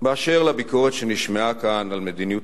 באשר לביקורת שנשמעה כאן על מדיניות